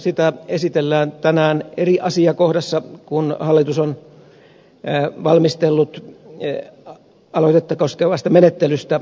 sitä esitellään tänään eri asiakohdassa koska hallitus on valmistellut aloitetta koskevasta menettelystä erillisen lain